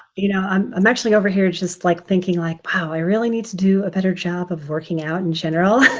you know i'm i'm actually over here and just like thinking like, wow, i really need to do a better job of working out in general.